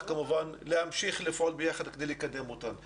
כמובן להמשיך לפעול ביחד כדי לקדם אותן.